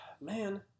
Man